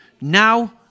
now